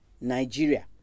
Nigeria